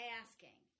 asking